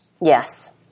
Yes